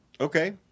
okay